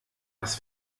was